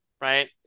right